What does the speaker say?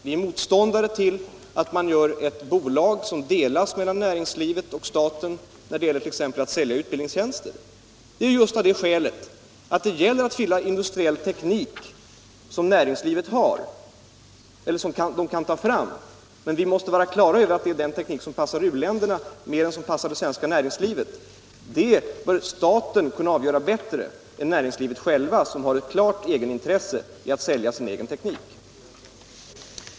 Vi är motståndare till att man gör ett bolag som delas mellan näringslivet och staten när det gäller t.ex. att sälja utbildningstjänster — just av det skälet att det gäller industriell teknik som näringslivet har eller kan ta fram. Om man skall finna en teknik som passar u-länderna snarare än det svenska näringslivet, bör ju staten kunna avgöra saken bättre än näringslivet självt, som har ett klart egenintresse av att sälja just sin teknik.